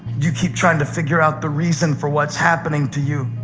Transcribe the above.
you keep trying to figure out the reason for what's happening to you,